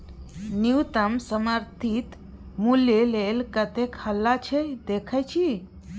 न्युनतम समर्थित मुल्य लेल कतेक हल्ला छै देखय छी